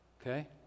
Okay